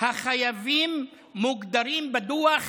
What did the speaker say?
החייבים מוגדרים בדוח